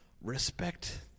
respect